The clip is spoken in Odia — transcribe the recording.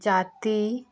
ଜାତି